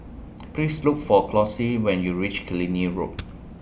Please Look For Chauncy when YOU REACH Killiney Road